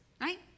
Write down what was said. Right